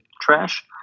Trash